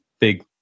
big